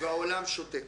והעולם שותק.